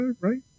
right